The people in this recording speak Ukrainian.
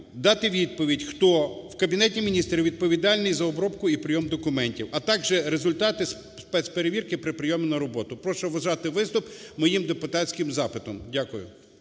дати відповідь, хто в Кабінеті Міністрів відповідальний за обробку і прийом документів, а також результатиспецперевірки при прийомі на роботу. Прошу вважати виступ моїм депутатським запитом. Дякую.